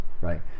right